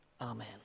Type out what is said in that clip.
amen